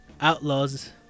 Outlaws